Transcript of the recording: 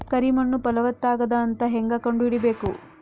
ಕರಿ ಮಣ್ಣು ಫಲವತ್ತಾಗದ ಅಂತ ಹೇಂಗ ಕಂಡುಹಿಡಿಬೇಕು?